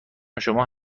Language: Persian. شما